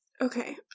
Okay